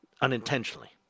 unintentionally